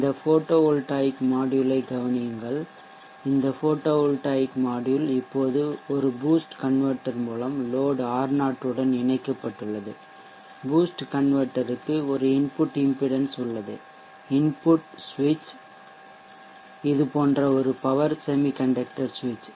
இந்த photovoltaic மாட்யூல்யைக் கவனியுங்கள் இந்த போட்டோ வோல்டாயிக் மாட்யூல் இப்போது ஒரு பூஸ்ட் கன்வெர்ட்டெர் மூலம் லோட்R0 உடன் இணைக்கப்பட்டுள்ளது பூஸ்ட் கன்வெர்ட்டெர் க்கு ஒரு இன்புட் இம்பிடென்ஷ் உள்ளது இன்புட் ஒரு சுவிட்ச் இது போன்ற ஒரு பவர் செமிகண்டக்ட்டர் சுவிட்ச்